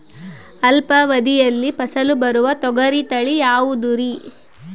ಅಲ್ಪಾವಧಿಯಲ್ಲಿ ಫಸಲು ಬರುವ ತೊಗರಿ ತಳಿ ಯಾವುದುರಿ?